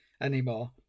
anymore